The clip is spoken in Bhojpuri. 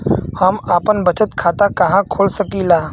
हम आपन बचत खाता कहा खोल सकीला?